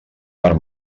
per